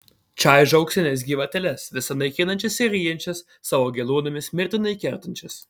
čaižo auksines gyvatėles visa naikinančias ir ryjančias savo geluonimis mirtinai kertančias